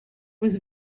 was